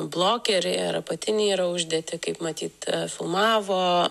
blokeriai ar patinai yra uždėti kaip matyt filmavo